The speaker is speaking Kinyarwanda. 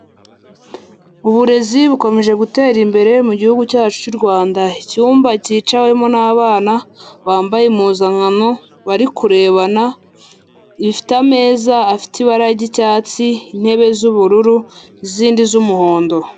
Uburezi bukomeje gutera imbere mu mugi cyacu cy'u Rwanda, icyumba cyicawemo n'abana bambaye impuzankano bari kurebana, ifite ameza afite ibara ry'icyatsi, intebe z'ubururu, izindi z'umuhondo.